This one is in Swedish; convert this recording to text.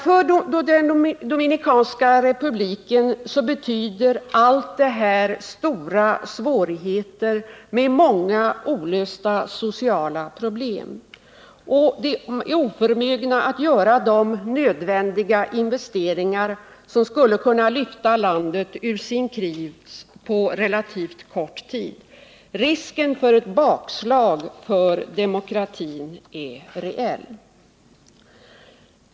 För Dominikanska republiken betyder allt detta stora svårigheter med många olösta sociala problem, och landet är oförmöget att göra de nödvändiga investeringar som skulle kunna lyfta landet ur dess kris på relativt kort tid. Risken för ett bakslag för demokratin är reell.